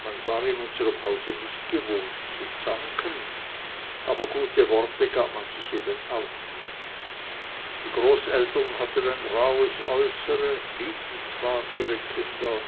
man war in unserm hause nicht gewohnt zu zanken aber gute worte gab man sich eben auch nicht die großeltern hatten ein rauhes äußere liebten zwar ihre kinder